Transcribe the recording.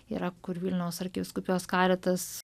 yra kur vilniaus arkivyskupijos karitas